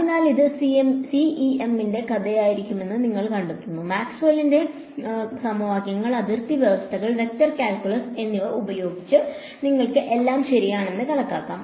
അതിനാൽ ഇത് സിഇഎമ്മിന്റെ കഥയായിരിക്കുമെന്ന് നിങ്ങൾ കണ്ടെത്തും മാക്സ്വെല്ലിന്റെ സമവാക്യങ്ങൾ അതിർത്തി വ്യവസ്ഥകൾ വെക്റ്റർ കാൽക്കുലസ് എന്നിവ ഉപയോഗിച്ച് നിങ്ങൾക്ക് എല്ലാം ശരിയാണെന്ന് കണക്കാക്കാം